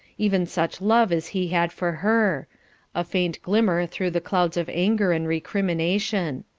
even such love as he had for her a faint glimmer through the clouds of anger and recrimination.